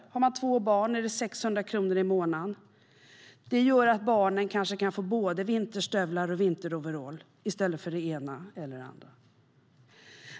Den som har två barn får 600 kronor i månaden. Det gör att barnen kanske kan få både vinterstövlar och vinteroverall i stället för det ena eller det andra.